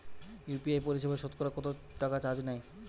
UPI পরিসেবায় সতকরা কতটাকা চার্জ নেয়?